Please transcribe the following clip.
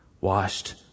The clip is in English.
washed